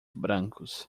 brancos